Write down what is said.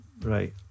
Right